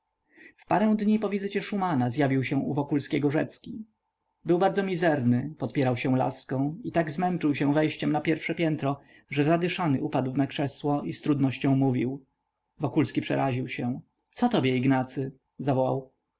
w parę dni po wizycie szumana zjawił się u wokulskiego rzecki był bardzo mizerny podpierał się laską i tak zmęczył się wejściem na pierwsze piętro że zadyszany upadł na krzesło i z trudnością mówił wokulski przeraził się co tobie ignacy zawołał